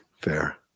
Fair